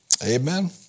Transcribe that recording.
Amen